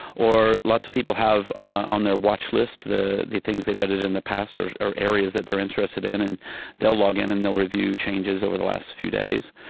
or lots of people have on their watch list the the things they've edited in the past or or areas that they're interested in, and they'll log in and they'll review changes over the last few days.